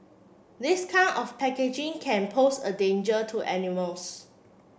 this kind of packaging can pose a danger to animals